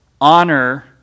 Honor